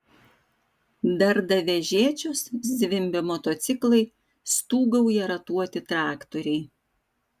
darda vežėčios zvimbia motociklai stūgauja ratuoti traktoriai